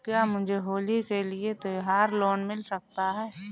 क्या मुझे होली के लिए त्यौहार लोंन मिल सकता है?